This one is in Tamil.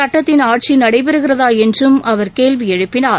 சுட்டத்தின் ஆட்சி நடைபெறுகிறதா என்றும் அவர் கேள்வி எழுப்பினார்